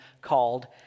called